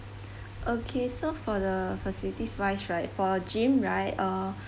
okay so for the facilities wise right for gym right uh